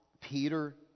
peter